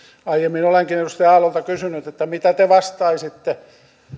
aiemmin olenkin edustaja aallolta kysynyt mitä te vastaisitte